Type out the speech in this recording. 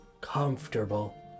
Comfortable